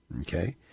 Okay